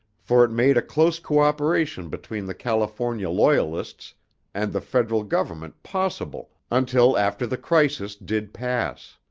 for it made a close cooperation between the california loyalists and the federal government possible until after the crisis did pass.